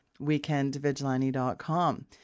weekendvigilani.com